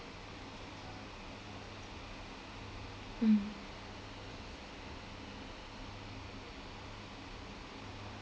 mm